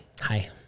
Hi